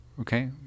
okay